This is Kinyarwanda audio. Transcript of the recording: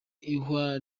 ihwa